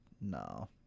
No